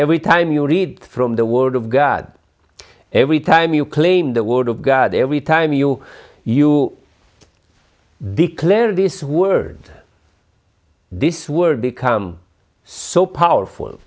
every time you read from the word of god every time you claim the word of god every time you you declare this word this word become so powerful